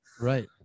Right